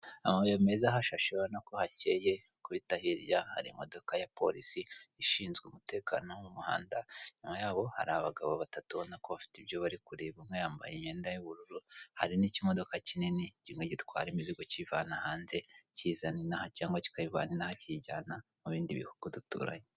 Amabuye meza ahashashe urabona ko hakeye wakubita hirya hari imodoka ya polisi ishinzwe umutekano wo mu muhanda, inyuma yabo hari abagabo batatu ubona ko bafite ibyo bari kureba umwe yambaye imyenda y'ubururu, hari n'ikimodoka kinini kimwe gitwara imizigo kiyivana hanze kiyizana inaha cyangwa kikayivana inaha kiyijyana mu bindi bihugu duturanye.